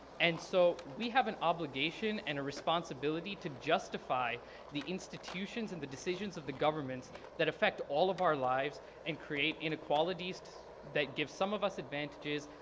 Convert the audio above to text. and so we have an obligation and a responsibility to justify the institutions and the decisions of the governments that affect all of our lives and create inequalities that give some of us advantages,